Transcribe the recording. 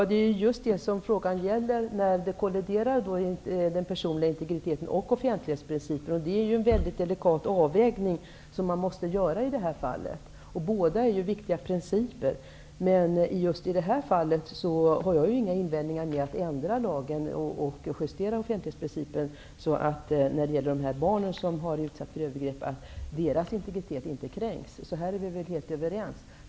Herr talman! Frågan gäller just de fall då den personliga integriteten och offentlighetsprincipen kolliderar. Det är en mycket delikat avvägning som man måste göra i detta fall. Båda principerna är ju viktiga. Men i just detta fall har jag inga invändningar mot att ändra lagen och justera offentlighetsprincipen, så att integriteten hos de barn som har utsatts för övergrepp inte kränks. I detta sammanhang är vi alltså helt överens.